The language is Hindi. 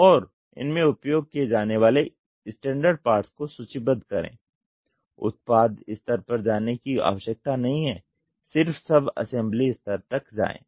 और इनमे उपयोग किए जाने वाले स्टैण्डर्ड पार्ट्स को सूचीबद्ध करें उत्पाद स्तर पर जाने की आवश्यकता नहीं है सिर्फ सब असेम्बली स्तर तक जाएं